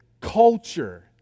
culture